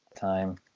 Time